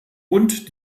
und